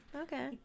Okay